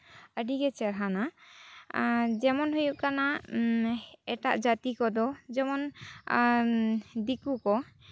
ᱟᱹᱰᱤᱜᱮ ᱪᱮᱦᱨᱟᱱᱟ ᱡᱮᱢᱚᱱ ᱦᱩᱭᱩᱜ ᱠᱟᱱᱟ ᱮᱴᱟᱜ ᱡᱟᱹᱛᱤ ᱠᱚᱫᱚ ᱡᱮᱢᱚᱱ ᱫᱤᱠᱩ ᱠᱚ